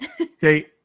Okay